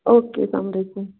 او کے سلام علیکُم